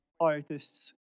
artists